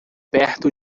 perto